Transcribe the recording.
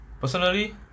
Personally